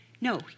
No